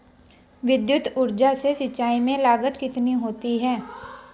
विद्युत ऊर्जा से सिंचाई में लागत कितनी होती है?